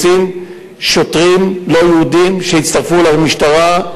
של תסריט של מחבל,